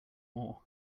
more